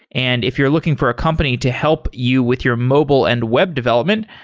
and if you're looking for a company to help you with your mobile and web development,